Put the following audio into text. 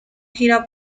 gira